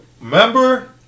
Remember